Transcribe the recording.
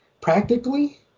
practically